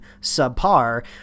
subpar